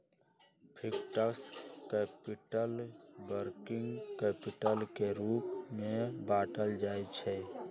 fixed capital, working capital के रूप में बाटल जाइ छइ